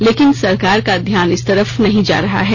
लेकिन सरकार का ध्यान इस तरफ नहीं जा रहा है